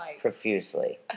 profusely